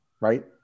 right